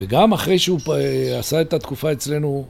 וגם אחרי שהוא עשה את התקופה אצלנו.